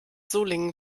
solingen